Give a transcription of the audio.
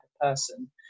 person